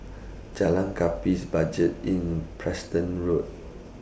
Jalan Gapis Budget Inn Preston Road